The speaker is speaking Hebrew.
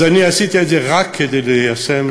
אז אני עשיתי את זה רק כדי ליישם,